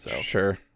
Sure